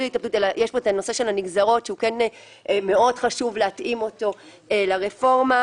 מה שכן נשאר לנו,